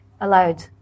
allowed